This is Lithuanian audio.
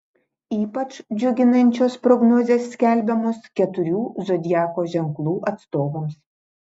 ypač džiuginančios prognozės skelbiamos keturių zodiako ženklų atstovams